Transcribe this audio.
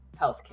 healthcare